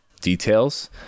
details